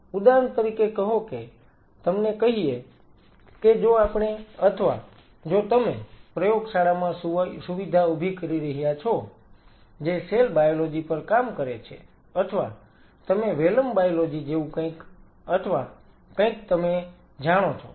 ઉદાહરણ તરીકે કહો કે તમને કહીએ કે જો આપણે અથવા જો તમે પ્રયોગશાળામાં સુવિધા ઉભી કરી રહ્યા છો જે સેલ બાયોલોજી પર કામ કરે છે અથવા તમે વેલમ બાયોલોજી જેવું કંઈક અથવા કંઈક તમે જાણો છો